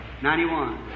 91